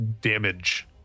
damage